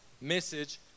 message